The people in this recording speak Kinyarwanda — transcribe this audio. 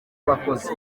abakozi